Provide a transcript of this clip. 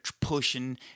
pushing